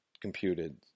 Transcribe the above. computed